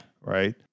right